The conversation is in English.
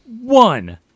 one